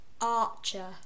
Archer